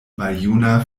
maljuna